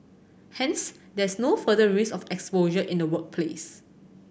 hence there is no further risk of exposure in the workplace